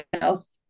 else